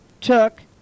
took